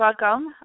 welcome